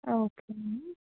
okay అండి